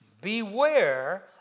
Beware